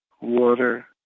water